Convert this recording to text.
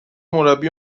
مربی